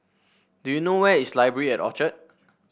do you know where is Library at Orchard